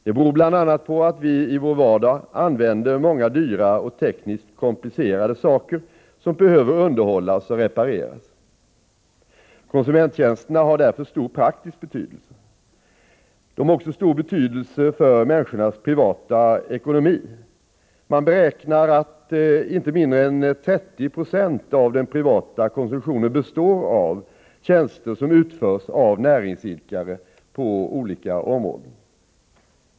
Det beror bl.a. på att vi i vår vardag använder många dyra och tekniskt komplicerade saker som behöver underhållas och repareras. Konsumenttjänsterna har därför stor praktisk betydelse. De har också stor betydelse för människors privata ekonomi. Man beräknar att inte mindre än 30970 av den privata konsumtionen består av tjänster som utförs av näringsidkare på olika områden.